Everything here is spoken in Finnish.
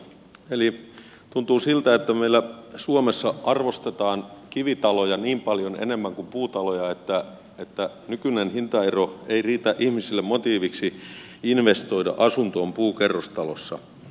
eli tuntuu siltä että meillä suomessa arvostetaan kivitaloja niin paljon enemmän kuin puutaloja että nykyinen hintaero ei riitä ihmisille motiiviksi investoida asuntoon puukerrostalossa